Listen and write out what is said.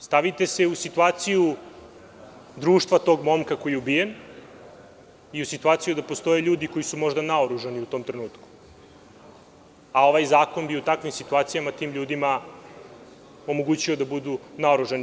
Stavite se u situaciju društva tog momka koji je ubijen i u situaciju da postoje ljudi koji su možda naoružani u tom trenutku, a ovaj zakon bi u takvim situacijama tim ljudima omogućio da budu naoružani.